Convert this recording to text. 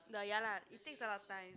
the ya lah it takes a lot of time